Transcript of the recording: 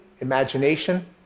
imagination